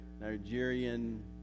Nigerian